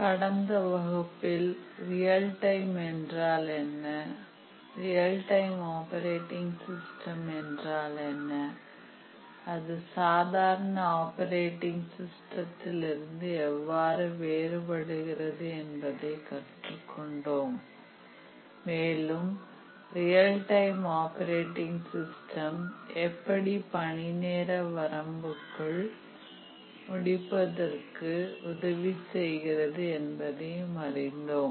கடந்த வகுப்பில் real time என்றால் என்ன ரியல் டைம் ஆப்பரேட்டிங் சிஸ்டம் என்றால் என்ன அது சாதாரண ஆப்பரேட்டிங் சிஸ்டத்தில் இருந்து எவ்வாறு வேறுபடுகிறது என்பதை கற்றுக்கொண்டோம் மேலும் ரியல் டைம் ஆப்பரேட்டிங் சிஸ்டம் எப்படி பணிகளை நேர வரம்பிற்குள் முடிப்பதற்கு உதவி செய்கிறது என்பதையும் அறிந்தோம்